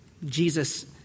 Jesus